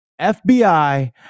FBI